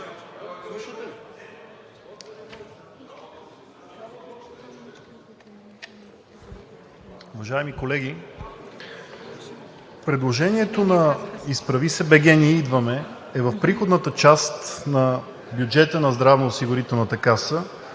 Уважаеми колеги, предложението на „Изправи се БГ! Ние идваме!“ е в приходната част на бюджета на Здравноосигурителната каса